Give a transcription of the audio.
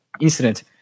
incident